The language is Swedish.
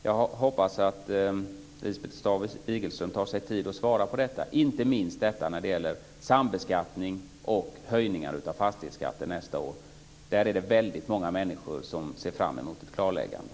Jag hoppas att Lisbeth Staaf-Igelström tar sig tid att svara på detta - inte minst på frågorna om sambeskattning och höjningar av fastighetsskatten nästa år. Där är det väldigt många människor som ser fram emot ett klarläggande.